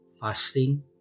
fasting